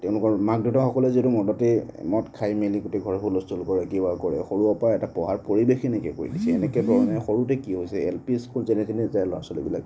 তেওঁলোকে মাক দেউতাক সকলোৱে যিহেতু মদতেই মদ খাই মেলি গোটেই ঘৰবোৰ হূলস্থুল কৰে কিবা কৰে সৰুৰে পৰা এটা পঢ়াৰ পৰিৱেশেই নাইকিয়া কৰি দিছে সৰুতে কি হৈছে এল পি স্কুল যেনে তেনে যায় ল'ৰা ছোৱালীবিলাক